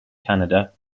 canada